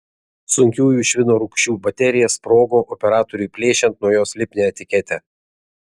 sunkiųjų švino rūgščių baterija sprogo operatoriui plėšiant nuo jos lipnią etiketę